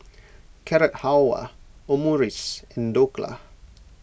Carrot Halwa Omurice and Dhokla